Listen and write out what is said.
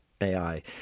AI